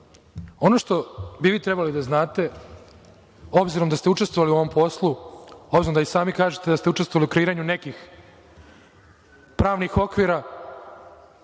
što bi vi trebali da znate, obzirom da ste učestvovali u ovom poslu, možda da i sami kažete da ste učestvovali u kreiranju nekih pravnih okvira,